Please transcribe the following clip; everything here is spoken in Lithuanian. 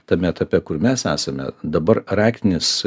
tame etape kur mes esame dabar raktinis